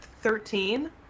Thirteen